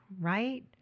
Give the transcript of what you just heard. Right